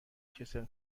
کسل